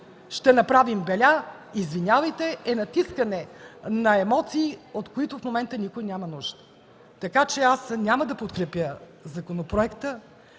ще направим беля, извинявайте, е натискане на емоции, от които в момента никой няма нужда. Аз няма да подкрепя законопроекта.